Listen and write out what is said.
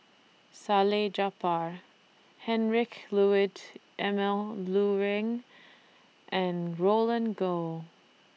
Salleh Japar Heinrich Ludwig Emil Luering and Roland Goh